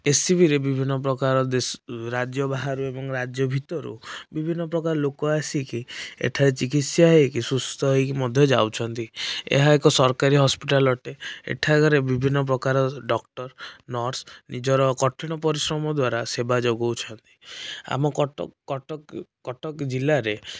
ଏସ୍ସିବିରେ ବିଭିନ୍ନ ପ୍ରକାର ରାଜ୍ୟ ବାହାରୁ ଏବଂ ରାଜ୍ୟ ଭିତରୁ ବିଭିନ୍ନ ପ୍ରକାର ଲୋକ ଆସିକି ଏଠାରେ ଚିକିତ୍ସା ହୋଇକି ସୁସ୍ଥ ହୋଇକି ମଧ୍ୟ ଯାଉଛନ୍ତି ଏହା ଏକ ସରକାରୀ ହସ୍ପିଟାଲ ଅଟେ ଏଠାକାର ବିଭିନ୍ନ ପ୍ରକାର ଡ଼କ୍ଟର ନର୍ସ ନିଜର କଠିନ ପରିଶ୍ରମ ଦ୍ୱାରା ସେବା ଯୋଗାଉଛନ୍ତି ଆମ କଟକ କଟକ କଟକ ଜିଲ୍ଲାରେ